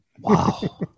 Wow